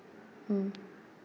mm